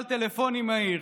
משאל טלפוני מהיר